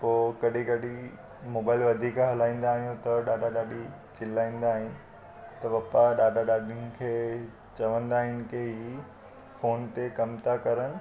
पोइ कॾहिं कॾहिं मोबाइल वधीक हलाईंदा आहियूं त ॾाॾा ॾाॾी चिलाईंदा आहिनि त पपा ॾाॾा ॾाॾी खे चवंदा आहिनि की इहे फ़ोन ते कम था करनि